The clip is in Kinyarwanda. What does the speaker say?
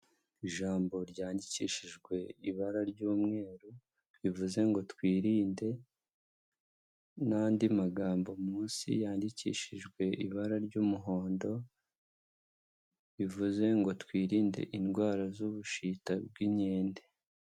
Ijambo ryandikishijwe ibara ry'umweru, rivuze ngo twirinde n'andi magambo, munsi yandikishijwe ibara ry'umuhondo, bivuze ngo twirinde indwara z'ubushita bw'inkende.